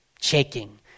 Shaking